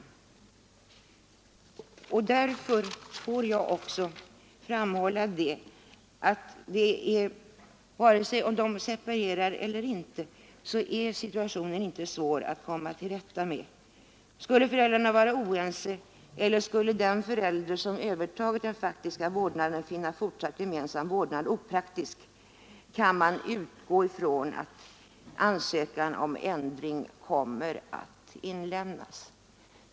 Därför är situationen inte så svår att komma till rätta med, vare sig föräldrarna separerar eller inte. Skulle föräldrarna vara oense eller skulle den förälder som övertagit den faktiska vårdnaden finna fortsatt samvårdnad opraktisk, kan man utgå från att ansökan om ändring kommer att inlämnas.